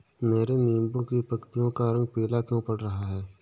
मेरे नींबू की पत्तियों का रंग पीला क्यो पड़ रहा है?